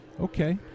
Okay